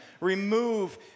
remove